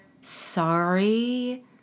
sorry